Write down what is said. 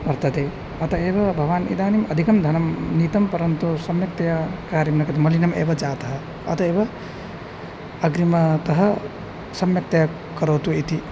वर्तते अतः एव भवान् इदानीम् अधिकं धनं नीतं परन्तु सम्यक्तया कार्यं न कृतं मलिनम् एव जातः अत एव अग्रिमतः सम्यक्तया करोतु इति